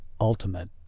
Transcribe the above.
ultimate